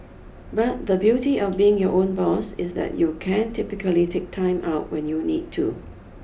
but the beauty of being your own boss is that you can typically take time out when you need to